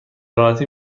راحتی